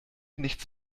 nichts